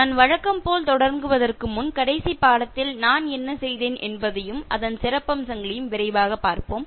நான் வழக்கம் போல் தொடங்குவதற்கு முன் கடைசி பாடத்தில் நான் என்ன செய்தேன் என்பதையும் அதன் சிறப்பம்சங்களையும் விரைவாகப் பார்ப்போம்